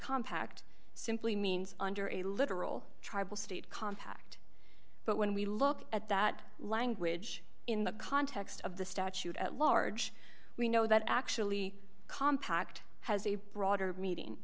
compact simply means under a literal tribal state compact but when we look at that language in the context of the statute at large we know that actually compact has a broader meeting